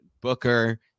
Booker